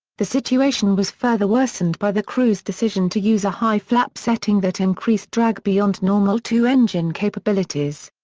the situation was further worsened by the crew's decision to use a high flap setting that increased drag beyond normal two engine capabilities.